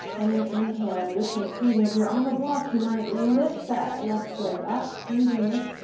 and then inhale, lift and squeeze, and if you're on the block, you might lift that left leg up, squeeze and lift,